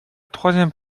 troisième